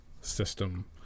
system